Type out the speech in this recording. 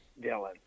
Dylan